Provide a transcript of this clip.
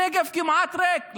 הנגב כמעט ריק.